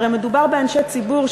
הרי מדובר באנשי ציבור,